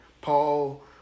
Paul